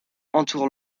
entoure